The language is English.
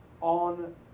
on